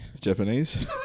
Japanese